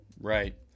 Right